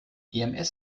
ems